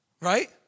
Right